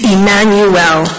Emmanuel